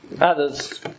Others